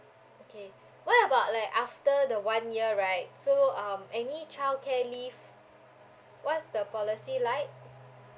okay what about like after the one year right so um any childcare leave what's the policy like